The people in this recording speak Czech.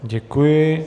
Děkuji.